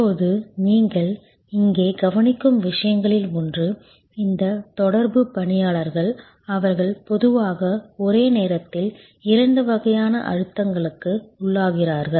இப்போது நீங்கள் இங்கே கவனிக்கும் விஷயங்களில் ஒன்று இந்த தொடர்பு பணியாளர்கள் அவர்கள் பொதுவாக ஒரே நேரத்தில் இரண்டு வகையான அழுத்தங்களுக்கு உள்ளாகிறார்கள்